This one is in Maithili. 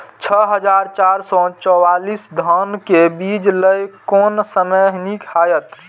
छः हजार चार सौ चव्वालीस धान के बीज लय कोन समय निक हायत?